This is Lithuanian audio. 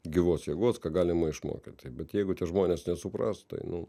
gyvos jėgos ką galima išmokyt bet jeigu tie žmonės nesupras tai nu